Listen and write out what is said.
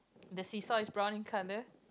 the seesaw is brown in colour